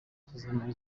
kizamara